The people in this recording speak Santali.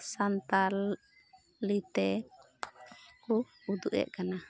ᱥᱟᱱᱛᱟᱞᱤᱛᱮ ᱠᱚ ᱩᱫᱩᱜᱼᱮᱜ ᱠᱟᱱᱟ